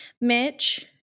mitch